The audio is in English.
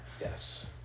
Yes